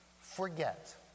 forget